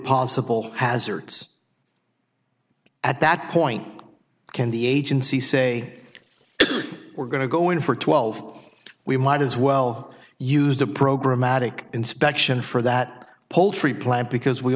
possible hazards at that point can the agency say we're going to go in for twelve we might as well use the program matic inspection for that poultry plant because we